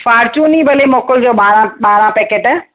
fortune ई भले मोकिलिजो ॿारहां ॿारहां पैकेट